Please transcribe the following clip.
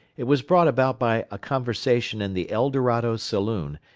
it was brought about by a conversation in the eldorado saloon,